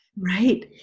Right